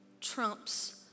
trumps